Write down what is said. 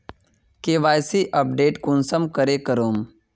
KYC update कुंसम करे करूम?